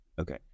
Okay